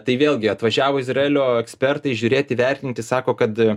tai vėlgi atvažiavo izraelio ekspertai žiūrėti vertinti sako kad